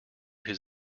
his